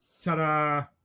Ta-da